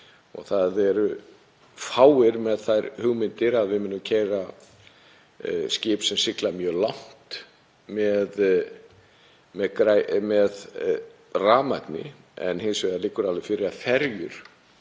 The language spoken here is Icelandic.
Það eru fáir með þær hugmyndir að við munum keyra skip sem sigla mjög langt á rafmagni en hins vegar liggur alveg fyrir að menn